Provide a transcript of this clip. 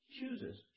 chooses